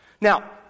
Now